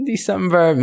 december